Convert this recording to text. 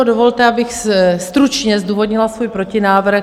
Dovolte, abych stručně zdůvodnila svůj protinávrh.